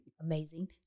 Amazing